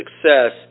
success